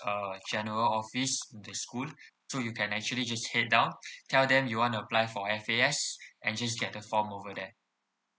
uh general office in school so you can actually just head down tell them you want to apply for F_A_S and just get the form over there